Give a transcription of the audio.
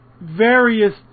various